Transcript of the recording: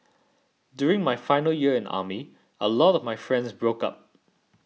during my final year in army a lot of my friends broke up